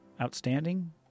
Outstanding